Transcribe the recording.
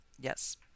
Yes